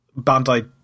Bandai